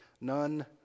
None